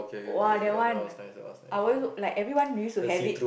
!wah! that one our like everyone used to have it